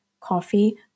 coffee